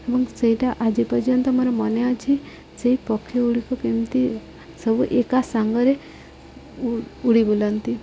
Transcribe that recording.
ଏବଂ ସେଇଟା ଆଜି ପର୍ଯ୍ୟନ୍ତ ମୋର ମନେ ଅଛି ସେଇ ପକ୍ଷୀ ଗୁଡ଼ିକୁ କେମିତି ସବୁ ଏକା ସାଙ୍ଗରେ ଉଡ଼ି ବୁଲନ୍ତି